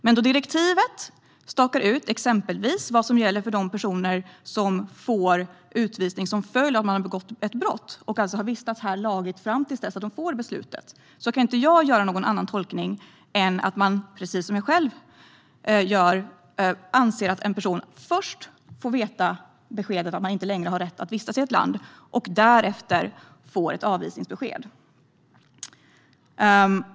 Men då direktivet stakar ut exempelvis vad som gäller för de personer som får ett utvisningsbeslut till följd av att de har begått ett brott, och alltså har vistats här lagligt fram till dess att de får beslutet, kan jag inte göra någon annan tolkning än att man, precis som jag själv, anser att en person först får beskedet att den inte längre har rätt att vistas i ett land och därefter får ett avvisningsbesked.